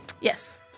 Yes